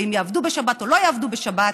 ואם יעבדו בשבת או לא יעבדו בשבת,